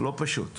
לא פשוט.